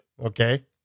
Okay